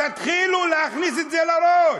תתחילו להכניס את זה לראש.